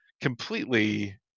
completely